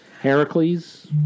Heracles